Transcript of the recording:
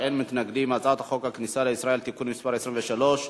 חוק הכניסה לישראל (תיקון מס' 23),